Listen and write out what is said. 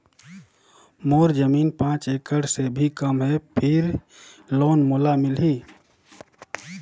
मोर जमीन पांच एकड़ से भी कम है फिर लोन मोला मिलही?